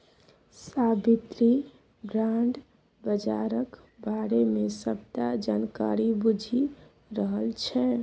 साबित्री bond बजारक बारे मे सबटा जानकारी बुझि रहल छै